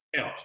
out